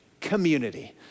Community